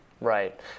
Right